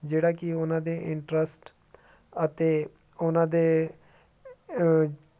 ਜਿਹੜਾ ਕਿ ਉਹਨਾਂ ਦੇ ਇੰਟਰਸਟ ਅਤੇ ਉਹਨਾਂ ਦੇ